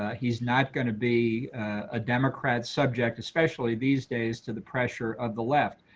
ah he's not going to be a democrat subject, especially these days, to the pressure of the left.